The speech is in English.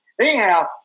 Anyhow